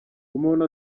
umuntu